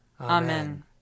Amen